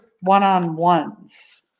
one-on-ones